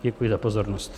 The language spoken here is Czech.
Děkuji za pozornost.